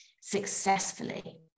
successfully